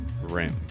rim